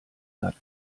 satt